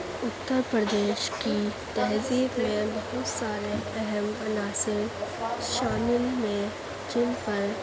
اتر پردیش کی تہذیب میں بہت سارے اہم عناصر شامل ہیں جن پر